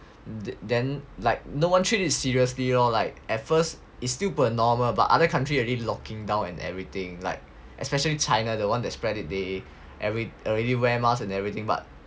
then like no one treated seriously lor like at first it's still per normal but other country already locking down and everything like especially China the one that spread it they already wear mask and everything but